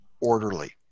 orderly